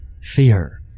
fear